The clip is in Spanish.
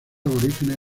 aborígenes